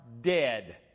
Dead